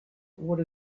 what